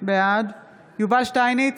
בעד יובל שטייניץ,